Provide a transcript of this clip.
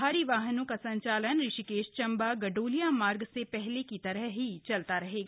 भारी वाहन का संचालन ऋषिकेश चंबा गडोलिया मार्ग से पहले की तरह ही चलता रहेगा